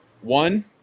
one